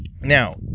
now